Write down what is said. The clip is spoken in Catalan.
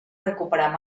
recuperar